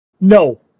No